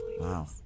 Wow